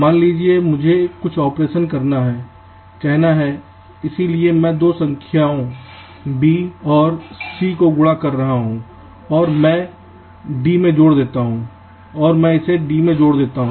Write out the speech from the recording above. मान लीजिए मुझे कुछ ऑपरेशन करना है कहना है इसलिए मैं दो संख्याओं b और सc को गुणा कर रहा हूं और मैं इसे d में जोड़ देता हूं